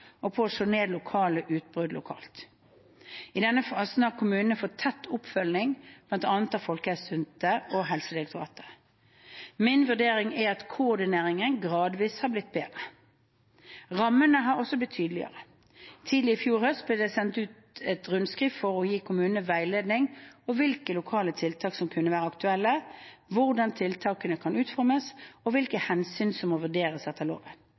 og på å slå ned lokale utbrudd lokalt. I denne fasen har kommunene fått tett oppfølging av blant annet Folkehelseinstituttet og Helsedirektoratet. Min vurdering er at koordineringen gradvis har blitt bedre. Rammene har også blitt tydeligere. Tidlig i fjor høst ble det sendt ut et rundskriv for å gi kommunene veiledning om hvilke lokale tiltak som kan være aktuelle, hvordan tiltak kan utformes, og hvilke hensyn som må vurderes etter loven.